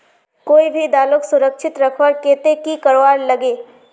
कोई भी दालोक सुरक्षित रखवार केते की करवार लगे?